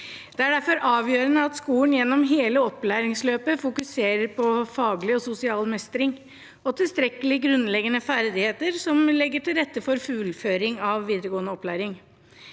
Det er derfor avgjørende at skolen gjennom hele opplæringsløpet fokuserer på faglig og sosial mestring og tilstrekkelige grunnleggende ferdigheter som legger til rette for fullføring av videregående opplæring.